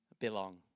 belong